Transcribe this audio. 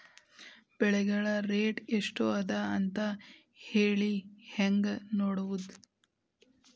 ಬೆಳೆಗಳ ರೇಟ್ ಎಷ್ಟ ಅದ ಅಂತ ಹೇಳಿ ಹೆಂಗ್ ನೋಡುವುದು?